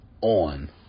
on